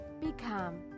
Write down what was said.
Become